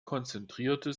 konzentrierte